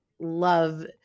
love